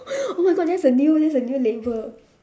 oh my god that's a new that's a new label